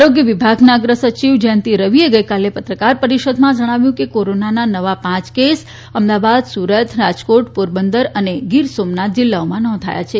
આરોગ્ય વિભાગના અગ્ર સચિવ જયંતિ રવિએ ગઇકાલે પત્રકાર પરિષદમાં જણાવ્યું હતુ કે કોરોનાના નવા પાંચ કેસ અમદાવાદ સુરત રાજકોટ પોરબંદર અને ગીર સોમનાથ જીલ્લાઓમાં નોંધાયા છે